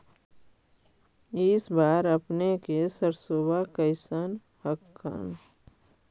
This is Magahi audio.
इस बार अपने के सरसोबा कैसन हकन?